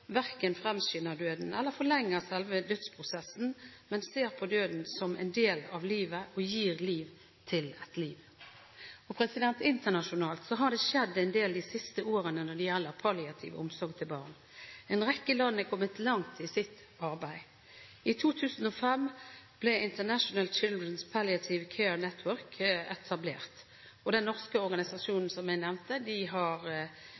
verken fremskynder døden eller forlenger selve dødsprosessen, men ser på døden som en del av livet, og gir liv til et liv.» Internasjonalt har det skjedd en del de siste årene når det gjelder palliativ omsorg til barn. En rekke land er kommet langt i sitt arbeid. I 2005 ble The International Children’s Palliative Care Network etablert. Den norske